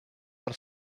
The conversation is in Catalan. per